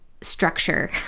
structure